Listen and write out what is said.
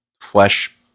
flesh